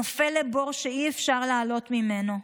נופל לבור שאי-אפשר לעלות ממנו.